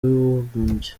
w’abibumbye